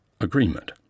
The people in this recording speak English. agreement